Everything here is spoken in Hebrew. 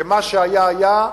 כי מה שהיה היה,